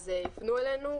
אז יפנו אלינו,